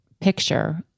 picture